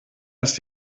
ist